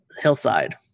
hillside